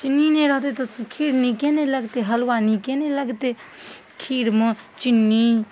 चिन्नी नहि रहतै तऽ खीर नीके नहि लगतै हलुआ नीके नहि लगतै खीरमे चिन्नी